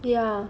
ya